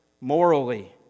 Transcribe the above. Morally